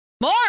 More